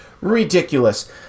ridiculous